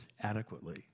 adequately